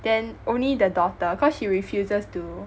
then only the daughter cause she refuses to